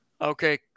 okay